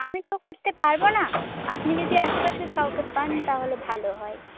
আমি তো করতে পারবো না আপনি যদি আশেপাশের কাউকে পান তাহলে ভালো হয়